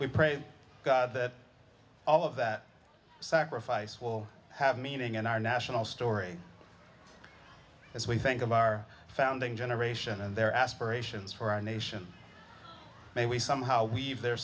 we pray god that all of that sacrifice will have meaning in our national story as we think about our founding generation and their aspirations for our nation may we somehow weave the